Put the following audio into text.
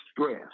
stress